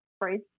right